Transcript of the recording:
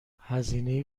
هزینه